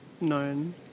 known